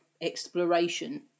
exploration